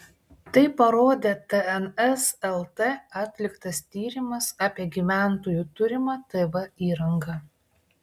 tai parodė tns lt atliktas tyrimas apie gyventojų turimą tv įrangą